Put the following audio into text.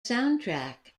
soundtrack